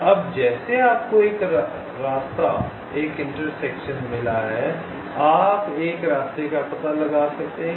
अब जैसे आपको एक रास्ता चौराहा मिला है आप एक रास्ते का पता लगा सकते हैं